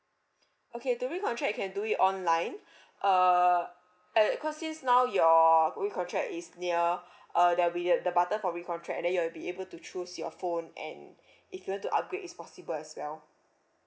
okay to re-contract you can do it online uh err cause since now your re-contract is near uh there'll be the button for re-contract then you will be able to choose your phone and if you want to upgrade it's possible as well